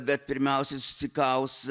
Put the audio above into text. bet pirmiausia susikaus